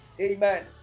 amen